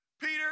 Peter